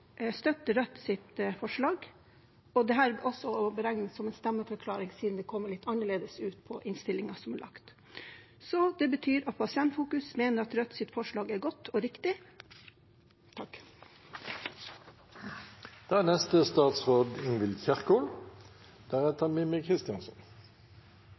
forslag, og dette er også å regne som en stemmeforklaring, siden det kommer litt annerledes ut i innstillingen som foreligger. Det betyr at Pasientfokus mener at Rødts forslag er godt og riktig. Tannhelse er